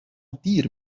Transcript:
دیر